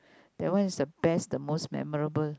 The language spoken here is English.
that one is the best the most memorable